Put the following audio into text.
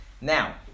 Now